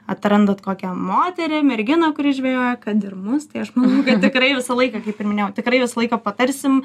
atrandat kokią moterį merginą kuri žvejoja kad ir mus tai aš manau kad tikrai visą laiką kaip ir minėjau tikrai visą laiką patarsim